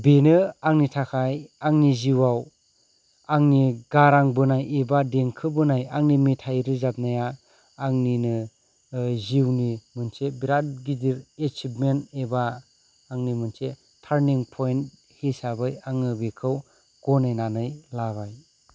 बेनो आंनि थाखाय आंनि जिउआव आंनि गारां बोनाय एबा देंखो बोनाय आंनि मेथाय रोजाबनाया आंनिनो जिउनिनो मोनसे बिराद गिदिर एशिबमेन्थ एबा आंनि मोनसे थार्निं फयेन्थ हिसाबै आङो बिखौ गनायनानै लाबाय